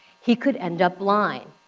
he could end up blind.